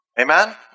Amen